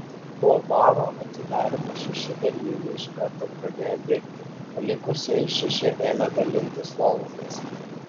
po baro atidarymo šeši dalyviai iš karto pradėjo dirbti o likusieji šeši ėmė dalintis lovomis